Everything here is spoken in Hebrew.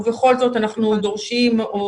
ובכל זאת, אנחנו דורשים או